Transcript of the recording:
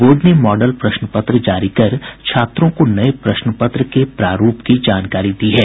board ने model प्रश्न पत्र जारी कर छात्रों को नये प्रश्न पत्र के प्रारूप की जानकारी दी है